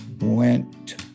went